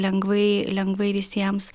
lengvai lengvai visiems